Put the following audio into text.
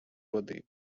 води